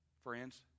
Friends